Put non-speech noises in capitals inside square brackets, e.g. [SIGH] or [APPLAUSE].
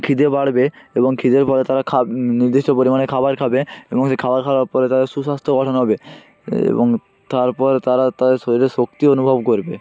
খিদে বাড়বে এবং খিদে [UNINTELLIGIBLE] তারা নির্দিষ্ট পরিমাণে খাবার খাবে এবং সেই খাবার খাওয়ার পরে তাদের সুস্বাস্থ্য গঠন হবে এবং তার পরে তারা তাদের শরীরে শক্তি অনুভব করবে